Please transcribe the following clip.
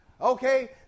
Okay